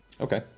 Okay